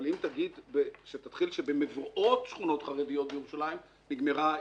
אבל אם תתחיל לומר על מבואות של שכונות חרדיות בירושלים נגמרה העיר.